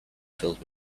filled